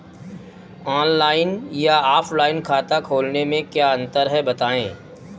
Online या offline खाता खोलने में क्या अंतर है बताएँ?